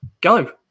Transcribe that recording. go